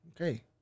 Okay